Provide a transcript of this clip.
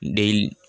tail